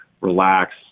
relax